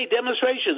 demonstrations